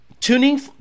tuning